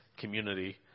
community